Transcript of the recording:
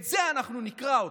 בזה אנחנו נקרע אתכם.